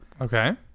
okay